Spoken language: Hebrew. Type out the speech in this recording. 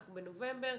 אנחנו בנובמבר.